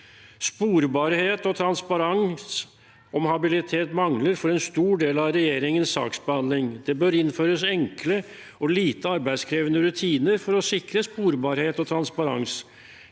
Sporbarhet og transparens om habilitet mangler for en stor del av regjeringens saksbehandling. Det bør innføres enkle og lite arbeidskrevende rutiner for å sikre sporbarhet og transparens.